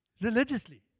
religiously